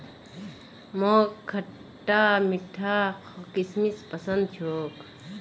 मोक खटता मीठा किशमिश पसंद छोक